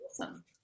Awesome